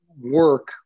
work